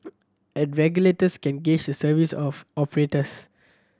and regulators can gauge the service of operators